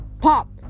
Pop